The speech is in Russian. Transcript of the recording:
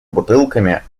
бутылками